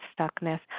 stuckness